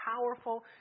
powerful